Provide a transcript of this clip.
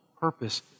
purpose